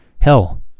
hell